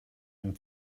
and